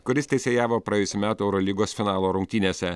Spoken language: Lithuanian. kuris teisėjavo praėjusių metų eurolygos finalo rungtynėse